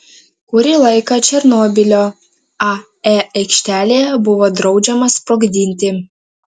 kurį laiką černobylio ae aikštelėje buvo draudžiama sprogdinti